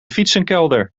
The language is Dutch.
fietsenkelder